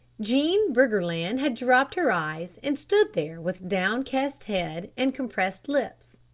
jean briggerland had dropped her eyes, and stood there with downcast head and compressed lips.